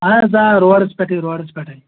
اَہن حظ آ روڈَس پٮ۪ٹھٕے روڈَس پٮ۪ٹھَے